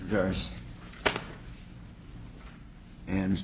various and